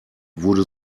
wurde